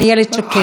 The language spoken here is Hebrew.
איילת שקד,